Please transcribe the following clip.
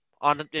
on